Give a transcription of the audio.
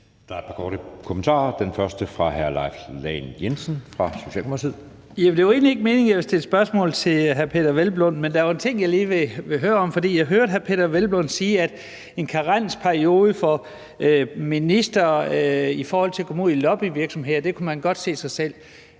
Der er et par korte bemærkninger. Den første er fra hr. Leif Lahn Jensen fra Socialdemokratiet. Kl. 11:12 Leif Lahn Jensen (S): Det var egentlig ikke meningen, at jeg ville stille spørgsmål til hr. Peder Hvelplund, men der er en ting, jeg lige vil høre om, for jeg hørte hr. Peder Hvelplund sige, at en karensperiode for ministre i forhold til at komme ud i lobbyvirksomheder kunne man godt se sig selv